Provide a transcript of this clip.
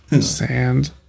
Sand